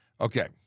Okay